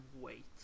wait